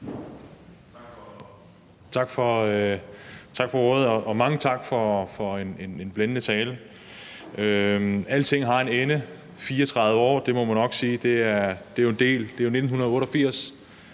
Tak for ordet, og mange tak for en blændende tale. Alting har en ende, 34 år, det må man nok sige, det er jo 1988,